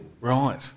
Right